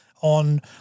on